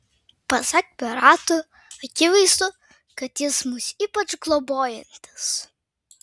pasak piratų akivaizdu kad jis mus ypač globojantis